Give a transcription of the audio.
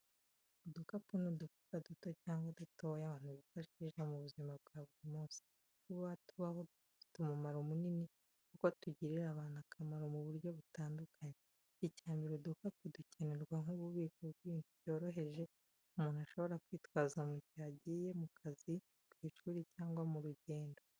Udukapu ni udufuka duto cyangwa dutoya abantu bifashisha mu buzima bwa buri munsi. Kuba tubaho bifite umumaro munini kuko tugirira abantu akamaro mu buryo butandukanye. Icya mbere, udukapu dukenerwa nk’ububiko bw’ibintu byoroheje umuntu ashobora kwitwaza igihe agiye mu kazi, ku ishuri cyangwa mu rugendo.